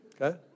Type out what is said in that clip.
Okay